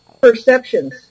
perceptions